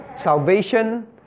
salvation